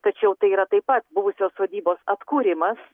tačiau tai yra taip pat buvusios sodybos atkūrimas